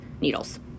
needles